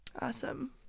Awesome